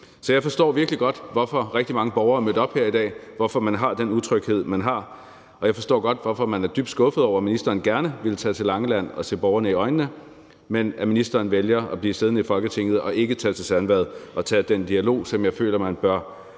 Jeg forstår virkelig godt, hvorfor rigtig mange borgere er mødt op her i dag, hvorfor man har den utryghed, man har, og jeg forstår godt, hvorfor man er dybt skuffet over, at ministeren gerne ville tage til Langeland og se borgerne i øjnene, mens ministeren nu vælger at blive siddende i Folketinget og ikke tage til Sandvad og tage den dialog, som jeg føler man bør